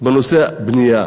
בנושא הבנייה.